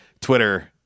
Twitter